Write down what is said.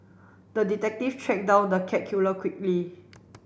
the detective tracked down the cat killer quickly